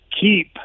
keep